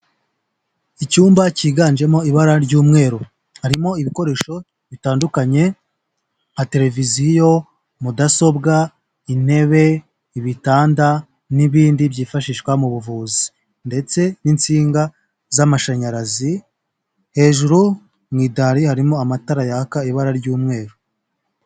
Icyumba kiganjemo ibara ry'umweru harimo ibikoresho bitandukanye nka televiziyo, mudasobwa intebe ibitanda n'ibindi byifashishwa mu buvuzi ndetse n'insinga z'amashanyarazi, hejuru mu idari harimo amatara yaka ibara ry'umweru.